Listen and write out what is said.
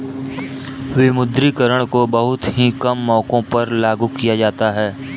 विमुद्रीकरण को बहुत ही कम मौकों पर लागू किया जाता है